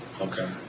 Okay